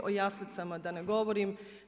O jaslicama da ne govorim.